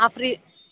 ఆ ఫ్రీ